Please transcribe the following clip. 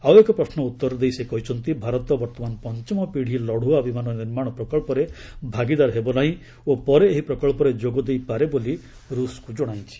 ଆଉ ଏକ ପ୍ରଶ୍ୱର ଉତ୍ତର ଦେଇ ସେ କହିଛନ୍ତି ଭାରତ ବର୍ତ୍ତମାନ ପଞ୍ଚମ ପୀଢ଼ି ଲଢୁଆ ବିମାନ ନିର୍ମାଣ ପ୍ରକଳ୍ପରେ ଭାଗିଦାର ହେବ ନାହିଁ ଓ ପରେ ଏହି ପ୍ରକଳ୍ପରେ ଯୋଗ ଦେଇ ପାରେ ବୋଲି ଋଷ୍କୁ ଜଣାଇଛି